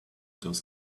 those